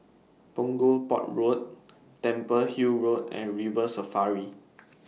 Punggol Port Road Temple Hill Road and River Safari